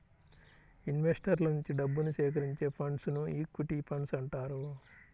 ఇన్వెస్టర్ల నుంచి డబ్బుని సేకరించే ఫండ్స్ను ఈక్విటీ ఫండ్స్ అంటారు